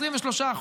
23%,